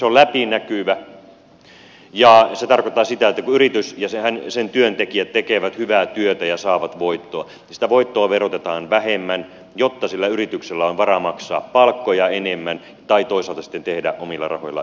se on läpinäkyvä ja se tarkoittaa sitä että kun yritys ja sen työntekijät tekevät hyvää työtä ja saavat voittoa sitä voittoa verotetaan vähemmän jotta sillä yrityksellä on varaa maksaa palkkoja enemmän tai toisaalta sitten tehdä omilla rahoilla investointeja